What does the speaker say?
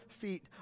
feet